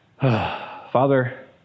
Father